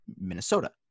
Minnesota